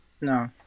No